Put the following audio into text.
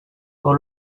all